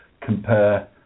compare